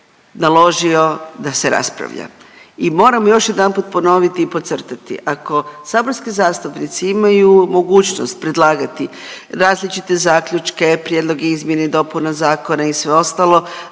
naložio da se raspravlja. I moram još jedanput ponoviti i podcrtati, ako saborski zastupnici imaju mogućnost predlagati različite zaključke, prijedloge izmjene i dopuna zakona i sve ostalo,